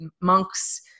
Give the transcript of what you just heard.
monks